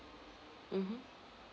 mmhmm